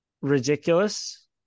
ridiculous